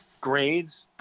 grades